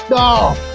ohh!